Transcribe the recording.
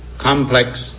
complex